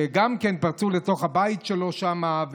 וגם כן פרצו לתוך הבית שלו שמה,